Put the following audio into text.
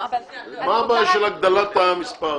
מה הבעיה של הגדלת המספר?